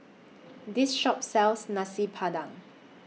This Shop sells Nasi Padang